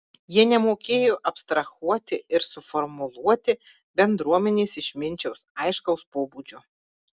jie nemokėjo abstrahuoti ir suformuluoti bendruomenės išminčiaus aiškaus pobūdžio